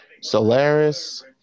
Solaris